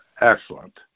excellent